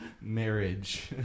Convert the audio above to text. Marriage